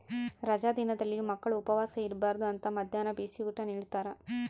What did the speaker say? ರಜಾ ದಿನದಲ್ಲಿಯೂ ಮಕ್ಕಳು ಉಪವಾಸ ಇರಬಾರ್ದು ಅಂತ ಮದ್ಯಾಹ್ನ ಬಿಸಿಯೂಟ ನಿಡ್ತಾರ